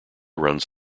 runs